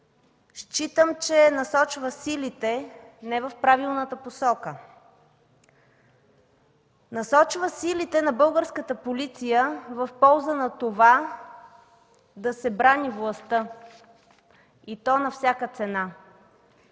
считам, че насочва силите не в правилната посока, насочва силите на българската полиция в полза на това да се брани властта и то на всяка цена.